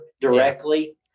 directly